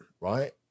right